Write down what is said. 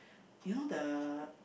you know the